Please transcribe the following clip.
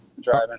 Driving